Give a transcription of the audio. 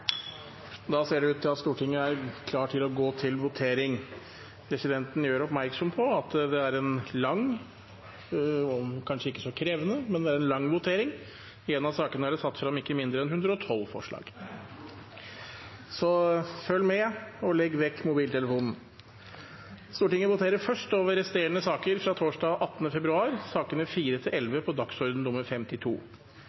Da ser det ut til at Stortinget er klar til å gå til votering. Presidenten gjør oppmerksom på at det er en lang votering – kanskje ikke så krevende, men lang. I en av sakene er det satt frem ikke mindre enn 112 forslag, så følg med, og legg vekk mobiltelefonen. Stortinget voterer først over resterende saker fra torsdag 18. februar, sakene nr. 4–11 på dagsorden nr. 52. Under debatten er det satt frem i alt fire